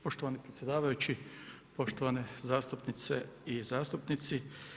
Poštovani predsjedavajući, poštovane zastupnice i zastupnici.